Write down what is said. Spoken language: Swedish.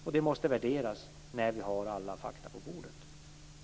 Detta måste värderas när vi har alla fakta på bordet.